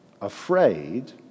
afraid